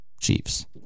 Chiefs